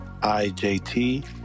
IJT